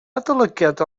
adolygiad